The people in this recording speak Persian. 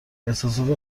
احسسات